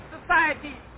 society